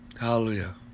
hallelujah